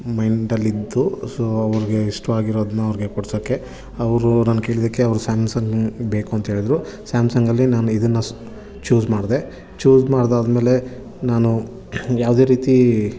ಮೈಂಡಲ್ಲಿದ್ದು so ಅವರಿಗೆ ಇಷ್ಟವಾಗಿರೋದ್ನ ಅವ್ರಿಗೆ ಕೊಡಿಸೋಕೆ ಅವರು ನಾನು ಕೇಳಿದ್ದಕ್ಕೆ ಅವರು ಸ್ಯಾಮ್ಸಂಗ್ ಬೇಕು ಅಂಥೇಳಿದ್ರು ಸ್ಯಾಮ್ಸಂಗ್ ಅಲ್ಲಿ ನಾನು ಇದನ್ನು ಸ್ ಚೂಸ್ ಮಾಡಿದೆ ಚೂಸ್ ಮಾಡಿದ್ದಾದ್ಮೇಲೆ ನಾನು ಯಾವುದೇ ರೀತಿ